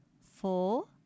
four